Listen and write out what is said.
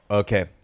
okay